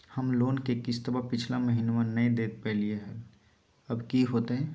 हम लोन के किस्तवा पिछला महिनवा नई दे दे पई लिए लिए हल, अब की होतई?